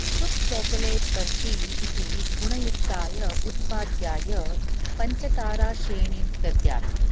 शुब् chocolate barfi इति गुणयुक्ताय उत्पाद्याय पञ्च ताराश्रेणीं दद्यात्